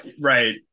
Right